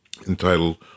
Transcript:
entitled